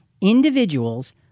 individuals